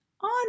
on